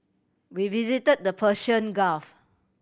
we visit the Persian Gulf